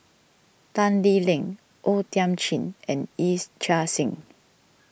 Tan Lee Leng O Thiam Chin and Yee's Chia Hsing